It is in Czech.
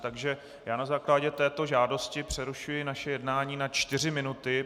Takže já na základě této žádosti přerušuji naše jednání na čtyři minuty.